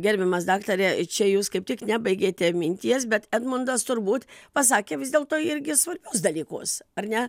gerbiamas daktare čia jūs kaip tik nebaigėte minties bet edmundas turbūt pasakė vis dėlto irgi svarbius dalykus ar ne